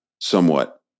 somewhat